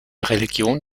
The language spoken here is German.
religion